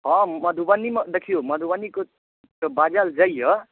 हँ मधुबनीमे देखिऔ मधुबनीके बाजल जाइए